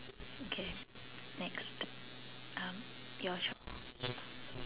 okay next um your choice